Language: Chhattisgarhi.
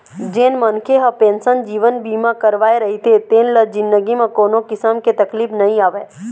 जेन मनखे ह पेंसन जीवन बीमा करवाए रहिथे तेन ल जिनगी म कोनो किसम के तकलीफ नइ आवय